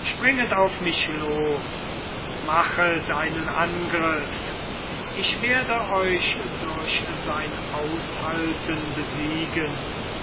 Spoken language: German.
springet auf mich los machet einen angriff ich werde euch durch sein aushalten besiegen